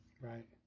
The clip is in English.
Right